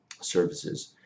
services